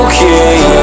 Okay